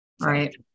Right